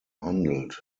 handelt